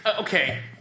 Okay